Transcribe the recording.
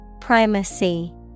Primacy